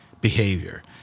behavior